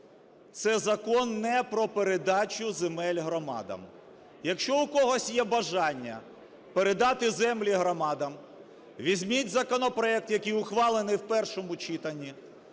Це закон не про передачу земель громадам. Якщо у когось є бажання передати землі громадам, візьміть законопроект, який ухвалений в першому читанні,